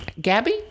Gabby